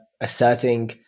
asserting